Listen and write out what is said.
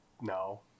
No